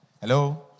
Hello